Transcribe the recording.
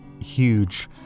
huge